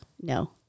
no